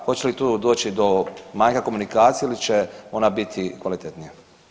Hoće li tu doći do manjka komunikacije ili će ona biti kvalitetnija?